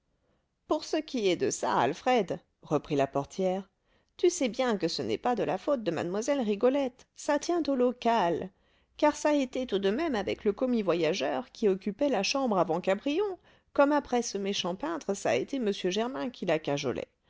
pour ce qui est de ça alfred reprit la portière tu sais bien que ce n'est pas la faute de mlle rigolette ça tient au local car ç'a été tout de même avec le commis voyageur qui occupait la chambre avant cabrion comme après ce méchant peintre ç'a été m germain qui la cajolait